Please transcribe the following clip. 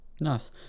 Nice